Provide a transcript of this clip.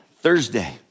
Thursday